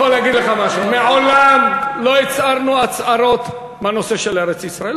מעולם לא הצהרנו הצהרות בנושא של ארץ-ישראל.